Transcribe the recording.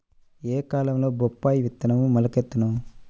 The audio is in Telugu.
ఏ కాలంలో బొప్పాయి విత్తనం మొలకెత్తును?